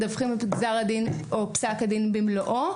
אנחנו מדווחים על גזר הדין או פסק הדין במלואו.